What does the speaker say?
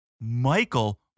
Michael